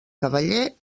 cavaller